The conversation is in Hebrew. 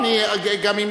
אני אצביע מייד אחרי זה,